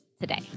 today